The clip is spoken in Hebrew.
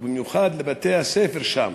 במיוחד לבתי-הספר שם.